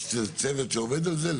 יש צוות שעובד על זה?